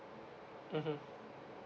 mmhmm